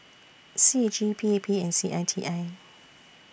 C A G P P and C I T I